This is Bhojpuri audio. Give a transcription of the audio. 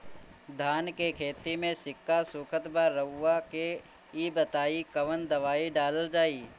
धान के खेती में सिक्का सुखत बा रउआ के ई बताईं कवन दवाइ डालल जाई?